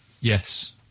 Yes